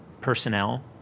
personnel